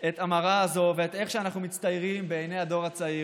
את המראה הזאת ואת איך שאנחנו מצטיירים בעיני הדור הצעיר,